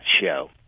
show